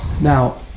Now